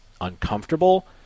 uncomfortable